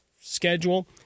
schedule